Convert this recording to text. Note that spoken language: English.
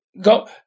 Go